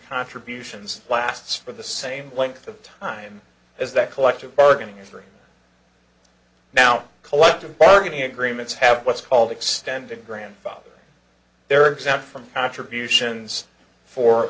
contributions lasts for the same length of time as that collective bargaining is free now collective bargaining agreements have what's called extended grandfather they're exempt from contributions for